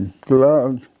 gloves